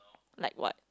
like what